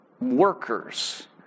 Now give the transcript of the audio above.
workers